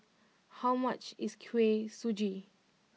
how much is Kuih Suji